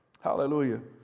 Hallelujah